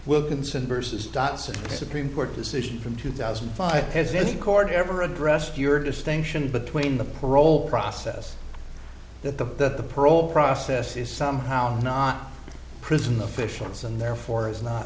wilkinson versus datsun supreme court decision from two thousand and five has any court ever addressed your distinction between the parole process that the parole process is somehow not prison officials and therefore is not